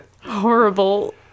Horrible